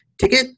Ticket